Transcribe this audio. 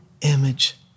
image